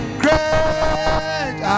great